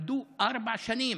למדו ארבע שנים,